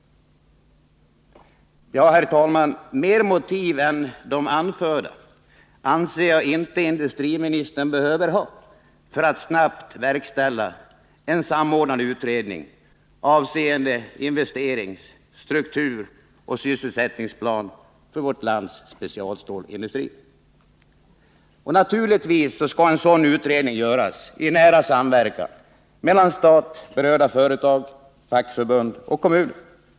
Herr talman! Ytterligare motiv, utöver de anförda, anser jag inte att industriministern behöver ha för att snabbt verkställa en samordnad utredning avseende en investerings-, strukturoch sysselsättningsplan för vårt lands specialstålsindustri. Naturligtvis skall en sådan utredning göras i nära samverkan mellan staten, berörda företag, fackförbund och kommuner.